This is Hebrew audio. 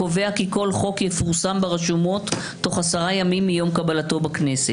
הקובע כי כל חוק יפורסם ברשומות תוך עשרה ימים מיום קבלתו בכנסת".